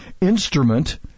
instrument